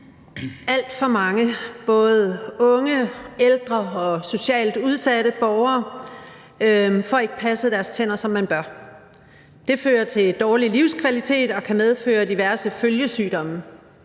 Alt for mange både unge, ældre og socialt udsatte borgere får ikke passet deres tænder, som de bør. Det fører til dårlig livskvalitet og kan medføre diverse følgesygdomme.